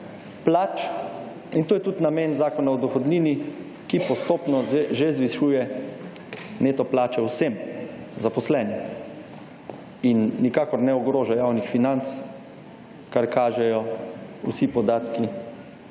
plač in to je tudi namen zakona o dohodnini, ki postopno že zvišuje neto plače vsem zaposlenim. In nikakor ne ogroža javnih financ, kar kažejo vsi podatki